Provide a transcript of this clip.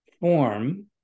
form